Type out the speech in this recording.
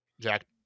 Jack